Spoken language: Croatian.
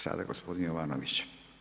Sada gospodin Jovanović.